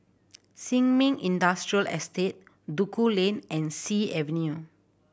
Sin Ming Industrial Estate Duku Lane and Sea Avenue